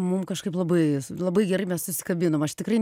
mum kažkaip labai labai gerai mes susikabinom aš tikrai